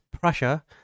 Prussia